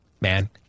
man